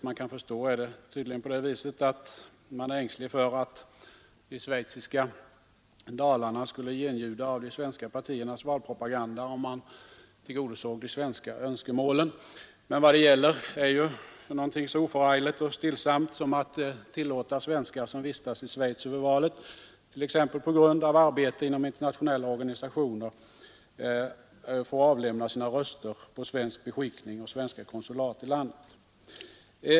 Man är tydligen ängslig för att de schweiziska dalarna skulle genljuda av de svenska partiernas valpropaganda om man tillgodosåg de svenska önskemålen. Men vad det gäller är ju något så oförargligt och stillsamt som att tillåta att svenskar, som vistas i Schweiz över valet, t.ex. på grund av arbete inom internationella organisationer, får avlämna sina röster på svensk beskickning och svenska konsulat i landet.